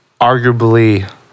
arguably